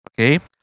Okay